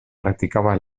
practicaba